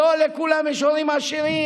לא לכולם יש הורים עשירים.